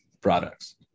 products